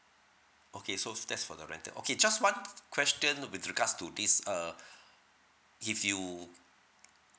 okay so that's for the rental okay just what question with regards to this uh if you